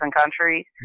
countries